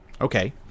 Okay